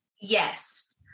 yes